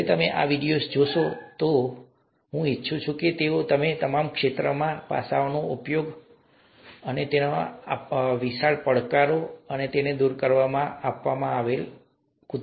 જ્યારે તમે આ વિડિયોઝ જોશો ત્યારે હું ઈચ્છું છું કે તમે જુઓ કે કેવી રીતે તમારા ક્ષેત્રનો તમારા ક્ષેત્રના પાસાઓનો ઉપયોગ વિશાળ સમસ્યાઓ વિશાળ પડકારોને દૂર કરવા માટે કરવામાં આવી રહ્યો છે જે અહીં આપવામાં આવી રહ્યો છે